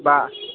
বা